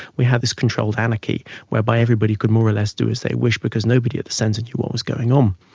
we had this controlled anarchy whereby everybody could more or less do as they wished because nobody at the centre knew what was going on.